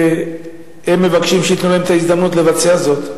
והם מבקשים שייתנו להם את ההזדמנות לבצע זאת.